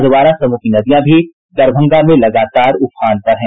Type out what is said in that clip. अधवारा समूह की नदियां भी दरभंगा में लगातार उफान पर है